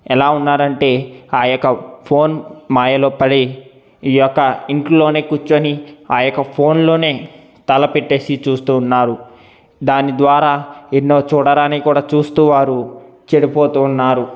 ఎలా ఉన్నారంటే ఆయొక్క ఫోన్ మాయలో పడి ఈయొక్క ఇంట్లోనే కూర్చొని ఆ యొక్క ఫోన్లోనే తలపెట్టేసి చూస్తూ ఉన్నారు దాని ద్వారా ఎన్నో చూడరానివి కూడా చూస్తూ వారు చెడిపోతూ ఉన్నారు